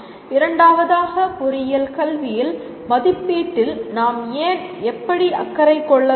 இரண்டாவதாக பொறியியல் கல்வியில் மதிப்பீட்டில் நாம் ஏன் எப்படி அக்கறை கொள்ள வேண்டும்